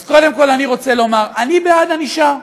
אז קודם כול, אני רוצה לומר: אני בעד ענישה.